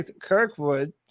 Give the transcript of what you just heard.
Kirkwood